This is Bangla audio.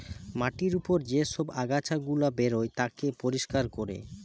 মাটির উপর যে সব আগাছা গুলা বেরায় তাকে পরিষ্কার কোরে